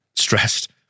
stressed